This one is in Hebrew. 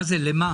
מה זה, למה?